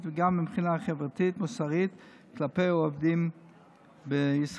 וגם מבחינה חברתית-מוסרית כלפי העובדים בישראל.